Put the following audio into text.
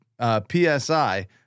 psi